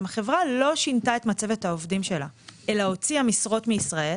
אם החברה לא שינתה את מצבת העובדים שלה אלא הוציאה משרות מישראל,